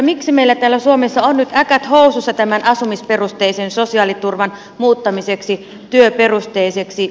miksi meillä täällä suomessa on nyt äkät housussa tämän asumisperusteisen sosiaaliturvan muuttamiseksi työperusteiseksi